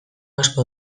asko